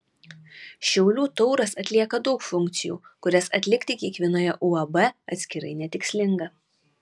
šiaulių tauras atlieka daug funkcijų kurias atlikti kiekvienoje uab atskirai netikslinga